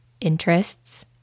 interests